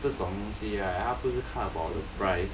这种东西 right 他不是看 about the price